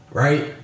right